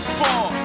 four